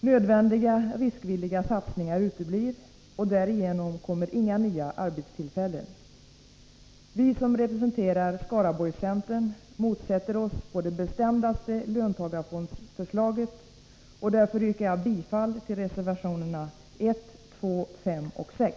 Nödvändiga riskvilliga satsningar uteblir, och därigenom kommer inga nya arbetstillfällen. Vi som representerar Skaraborgscentern motsätter oss på det bestämdaste löntagarfondsförslaget, och därför yrkar jag bifall till reservationerna 1, 2, 5 och 6.